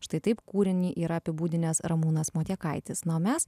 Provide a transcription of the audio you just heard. štai taip kūrinį yra apibūdinęs ramūnas motiekaitis na o mes